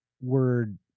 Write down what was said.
word